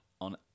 on